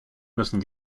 müssen